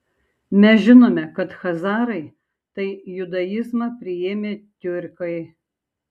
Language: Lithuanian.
mes žinome kad chazarai tai judaizmą priėmę tiurkai